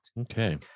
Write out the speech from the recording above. Okay